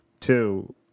Two